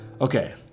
Okay